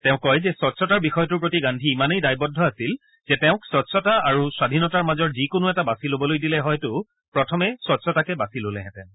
তেওঁ কয় যে স্বছ্ছতাৰ বিষয়টোৰ প্ৰতি গান্ধী ইমানেই দায়বদ্ধ আছিল যে তেওঁক স্বছতা আৰু স্বাধীনতাৰ মাজৰ যিকোনো এটা বাচি লবলৈ দিলে হয়তো প্ৰথমে স্ক্ছতাকে বাচি ললেহেঁতেন